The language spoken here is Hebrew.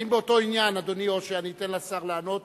האם באותו עניין, אדוני, או שאני אתן לשר לענות